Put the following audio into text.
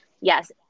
Yes